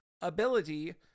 ability